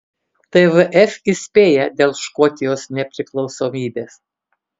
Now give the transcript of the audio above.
tvf įspėja dėl škotijos nepriklausomybės